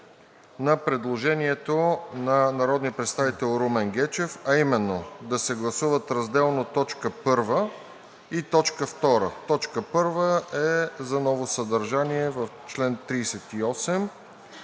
на предложението на народния представител Румен Гечев, а именно да се гласуват разделно т. 1 и т. 2. Точка първа е за ново съдържание в чл. 38,